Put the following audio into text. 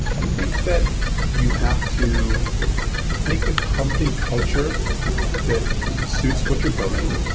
i think that you have to make a company culture that suits what you're building.